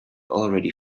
already